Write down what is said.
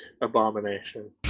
abomination